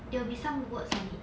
there will be some words on it